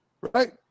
right